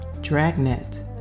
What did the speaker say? Dragnet